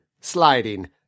sliding